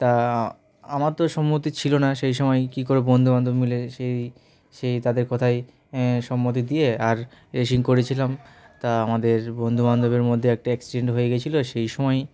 তা আমার তো সম্মতি ছিল না সেই সময় কী করে বন্ধুবান্ধব মিলে সেই সেই তাদের কথায় সম্মতি দিয়ে আর রেসিং করেছিলাম তা আমাদের বন্ধুবান্ধবের মধ্যে একটা অ্যাক্সিডেন্ট হয়ে গিয়েছিলো সেই সময়ই